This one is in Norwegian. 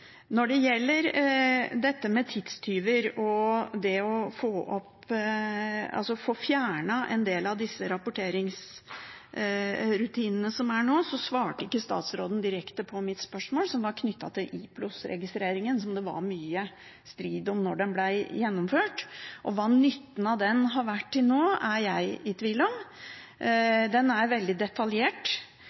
Når det gjelder dette med tidstyver og det å få fjernet en del av rapporteringsrutinene som er nå, svarte ikke statsråden direkte på mitt spørsmål, som var knyttet til IPLOS-registreringen, som det var mye strid om da den ble gjennomført. Hva nytten av den har vært til nå, er jeg i tvil om. Den er veldig detaljert,